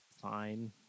fine